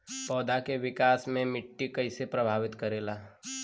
पौधा के विकास मे मिट्टी कइसे प्रभावित करेला?